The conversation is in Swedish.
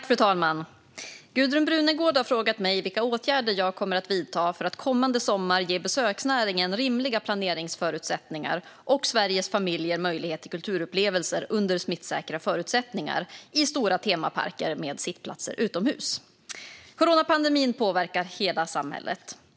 Fru talman! Gudrun Brunegård har frågat mig vilka åtgärder jag kommer att vidta för att kommande sommar ge besöksnäringen rimliga planeringsförutsättningar och Sveriges familjer möjlighet till kulturupplevelser under smittsäkra förutsättningar i stora temaparker med sittplatser utomhus. Coronapandemin påverkar hela samhället.